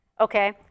Okay